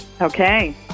Okay